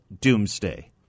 doomsday